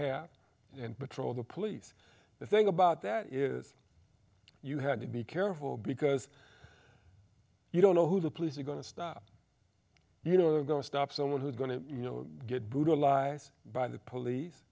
have and patrol the police the thing about that is you had to be careful because you don't know who the police are going to stop you know they're going to stop someone who's going to get brutalized by the police